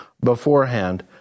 beforehand